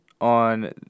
on